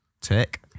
Tick